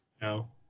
No